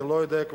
אני כבר לא יודע,